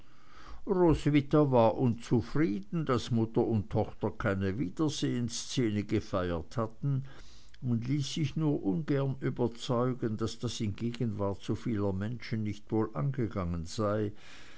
roswitha war unzufrieden daß mutter und tochter keine wiedersehensszene gefeiert hatten und ließ sich nur ungern überzeugen daß das in gegenwart so vieler menschen nicht wohl angegangen sei